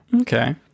okay